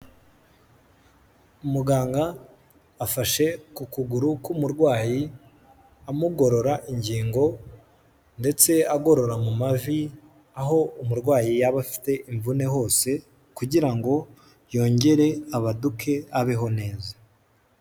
Umuganga afashe ku kuguru k'umurwayi amugorora ingingo ndetse agorora mu mavi aho umurwayi yaba afite imvune hose kugira ngo yongere abaduke abeho neza.